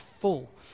full